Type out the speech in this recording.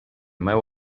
meva